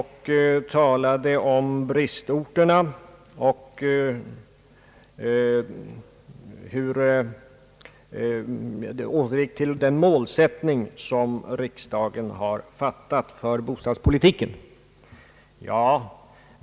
Han talade om bristorterna och återgick till den målsättning som riksdagen har fastställt för bostadspolitiken.